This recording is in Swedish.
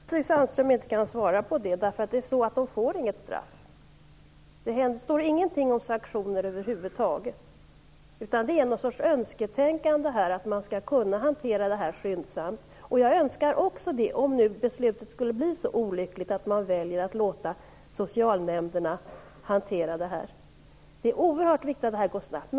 Fru talman! Jag förstår att Stig Sandström inte kan svara på frågan. Socialnämnderna får nämligen inget straff. Det nämns ingenting om sanktioner över huvud taget, utan det är någon sorts önsketänkande att detta skall kunna hanteras skyndsamt. Jag önskar också det, om nu beslutet skulle bli så olyckligt att man väljer att låta socialnämnderna hantera detta. Det är oerhört viktigt att detta går snabbt.